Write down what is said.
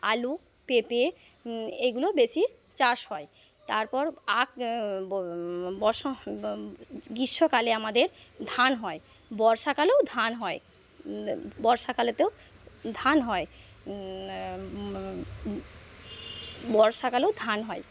আলু পেঁপে এগুলো বেশি চাষ হয় তারপর আঁখ ব বসা গ্রীষ্মকালে আমাদের ধান হয় বর্ষাকালেও ধান হয় বর্ষাকালেতেও ধান হয় বর্ষাকালেও ধান হয়